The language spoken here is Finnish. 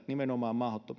nimenomaan